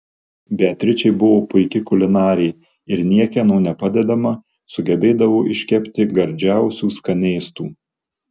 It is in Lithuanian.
beatričė buvo puiki kulinarė ir niekieno nepadedama sugebėdavo iškepti gardžiausių skanėstų